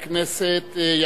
הכנסת,